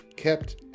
kept